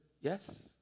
yes